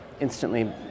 instantly